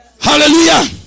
hallelujah